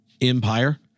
empire—